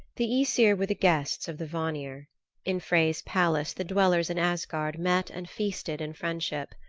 the aesir were the guests of the vanir in frey's palace the dwellers in asgard met and feasted in friendship.